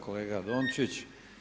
Kolega Dončić.